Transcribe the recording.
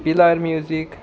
Pilar music